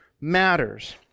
matters